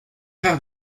frère